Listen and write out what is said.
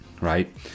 right